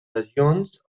legions